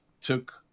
took